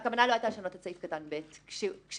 הכוונה לא הייתה לשנות את סעיף קטן (ב) כשלעצמו,